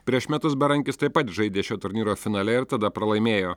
prieš metus berankis taip pat žaidė šio turnyro finale ir tada pralaimėjo